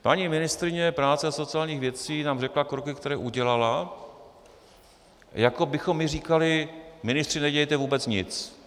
Paní ministryně práce a sociálních věcí nám řekla kroky, které udělala, jako bychom my říkali: ministři, nedělejte vůbec nic.